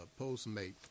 Postmate